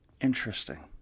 Interesting